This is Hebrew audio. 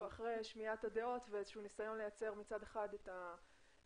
לא הייתי ממליץ על כך.